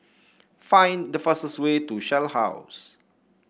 find the fastest way to Shell House